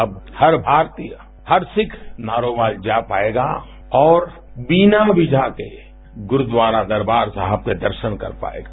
अब हर भारतीय हर सिख नारोवाल जा पाएगा और बिना वीजा के गुरुद्वारा दरबार साहब के दर्शन कर पाएगा